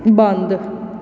ਬੰਦ